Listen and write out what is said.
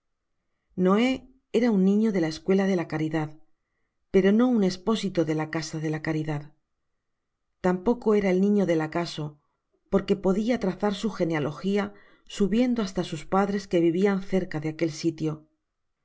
noé era un niño de la escuela de la caridad pero no un espósito de la casa de caridad tampoco era el niño del acaso porque podia trazar su genealogia subiendo hasta sus padres que vivian cerca de aquel sitio